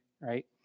right